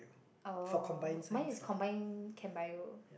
oh mine is combined chem bio